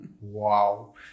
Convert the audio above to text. wow